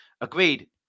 Agreed